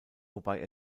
wobei